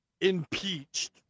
impeached